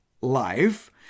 life